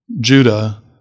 Judah